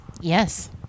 Yes